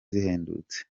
zihendutse